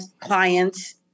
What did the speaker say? clients